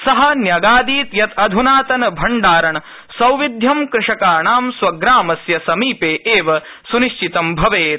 स न्यगादीत् यत् अध्नातन भण्डारण सौविध्यम् कृषकानां स्वग्रामस्य समीपे एव स्निश्चितं भवेत्